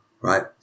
right